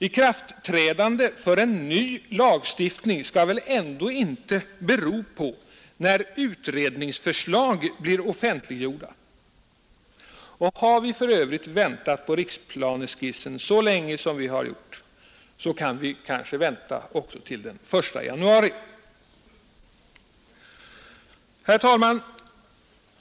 Ikraftträdandet av en ny lag skall väl ändå inte bero på när utredningsförslag blir offentliggjorda? Har vi för övrigt väntat på riksplaneskissen så länge som vi har gjort, kan vi vänta också till den 1 januari. Herr talman!